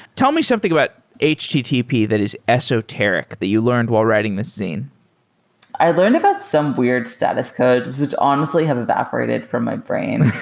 tell me something about http that is esoteric that you learned while writing this zine i learned about some weird status code, which honestly have evaporated from my brain.